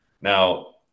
Now